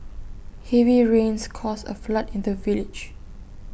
heavy rains caused A flood in the village